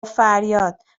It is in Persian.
فریاد